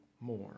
more